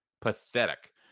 Pathetic